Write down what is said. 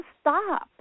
stop